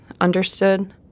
understood